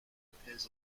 appears